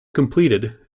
completed